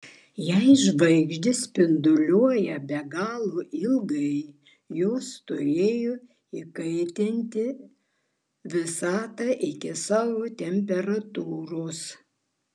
jei žvaigždės spinduliuoja be galo ilgai jos turėjo įkaitinti visatą iki savo temperatūros